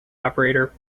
operator